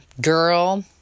girl